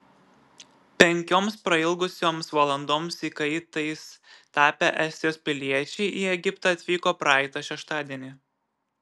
penkioms prailgusioms valandoms įkaitais tapę estijos piliečiai į egiptą atvyko praeitą šeštadienį